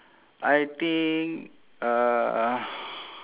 I think uh